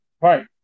Right